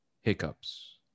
hiccups